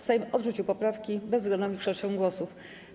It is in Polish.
Sejm odrzucił poprawki bezwzględną większością głosów.